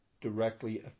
directly